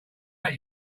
hat